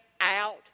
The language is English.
out